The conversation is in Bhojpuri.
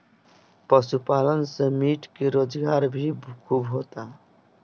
पशुपालन से मीट के रोजगार भी खूब होता